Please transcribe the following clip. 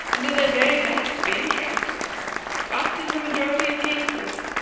and did their very best to be interested but, in the majority of cases,